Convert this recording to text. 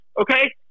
Okay